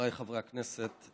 חבריי חברי הכנסת,